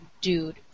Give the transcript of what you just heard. dude